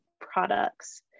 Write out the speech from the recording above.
products